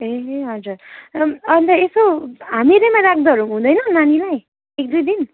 ए हजुर अन्त यसो हामी मेरैमा राख्दाहरू हुँदैन नानीलाई एक दुई दिन